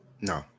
No